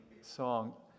song